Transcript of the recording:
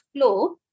flow